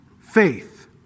faith